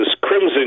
crimson